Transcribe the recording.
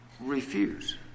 refuse